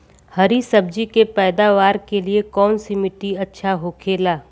हरी सब्जी के पैदावार के लिए कौन सी मिट्टी अच्छा होखेला?